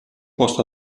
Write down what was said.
posto